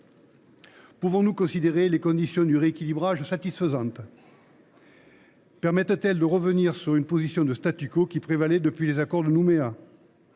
Pouvons nous considérer les conditions du rééquilibrage satisfaisantes ? Permettent elles de revenir sur le qui prévalait depuis l’accord de Nouméa ?